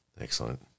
Excellent